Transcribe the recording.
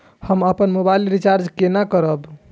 हम अपन mobile recharge केना करब?